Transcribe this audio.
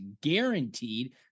guaranteed